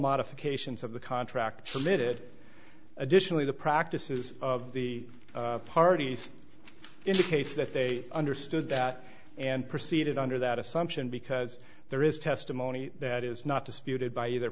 modifications of the contract submitted additionally the practices of the parties indicates that they understood that and proceeded under that assumption because there is testimony that is not disputed by either